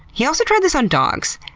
he also tried this on dogs.